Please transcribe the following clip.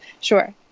Sure